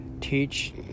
teach